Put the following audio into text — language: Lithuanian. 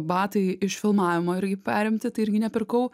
batai iš filmavimo irgi perimti tai irgi nepirkau